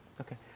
Okay